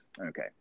Okay